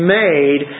made